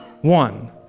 one